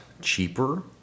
cheaper